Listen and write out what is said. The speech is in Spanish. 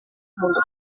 mundo